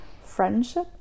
friendship